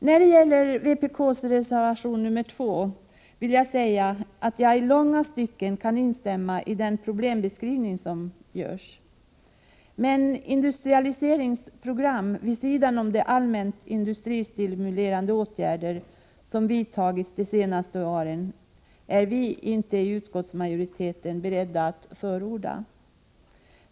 När det gäller vpk:s reservation nr 2 vill jag säga att jag i långa stycken kan instämma i den problembeskrivning som görs, men industrialiseringsprogram vid sidan om de allmänt industristimulerande åtgärder som vidtagits de senaste åren är utskottsmajoriteten inte beredd att förorda.